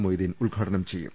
മൊയ്തീൻ ഉദ്ഘാടനം ചെയ്യും